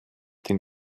den